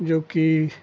जोकि